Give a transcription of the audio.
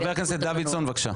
חבר הכנסת דוידסון, בבקשה.